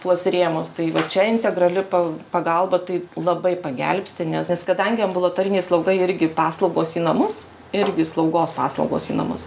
tuos rėmus tai va čia integrali pagalba tai labai pagelbsti nes kadangi ambulatorinė slauga irgi paslaugos į namus irgi slaugos paslaugos į namus